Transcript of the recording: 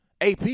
AP